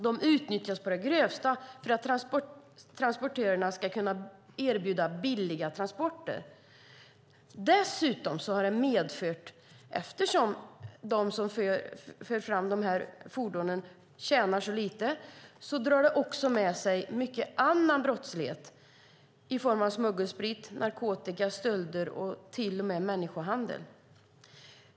De utnyttjas å det grövsta för att transportörerna ska kunna erbjuda billiga transporter. Att de som för fram de här fordonen tjänar så lite har medfört mycket annan brottslighet i form av smuggelsprit, narkotika, stölder och till och med människohandel.